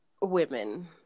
women